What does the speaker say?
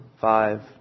five